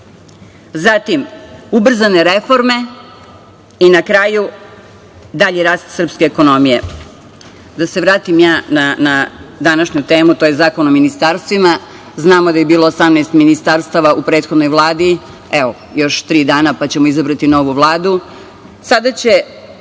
Zatim, ubrzane reforme i na kraju dalji rast srpske ekonomije. Da se vratim na današnju temu, to je zakon o ministarstvima, znamo da je bilo 18 ministarstava u prethodnoj Vladi, još tri dana pa ćemo izabrati novu Vladu. Sada će